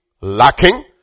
lacking